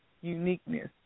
uniqueness